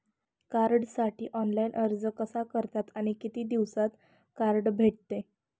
कार्डसाठी ऑनलाइन अर्ज कसा करतात आणि किती दिवसांत कार्ड भेटते?